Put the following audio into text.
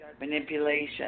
manipulation